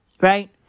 Right